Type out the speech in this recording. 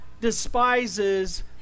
despises